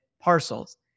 parcels